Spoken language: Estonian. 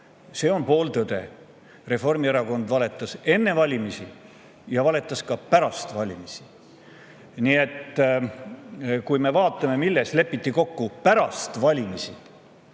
see on pooltõde. Reformierakond valetas enne valimisi ja valetas ka pärast valimisi. Kui me vaatame, milles lepiti kokku pärast valimisi,